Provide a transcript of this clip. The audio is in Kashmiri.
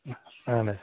اَہَن حظ